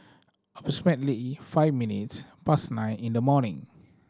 approximately five minutes past nine in the morning